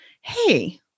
hey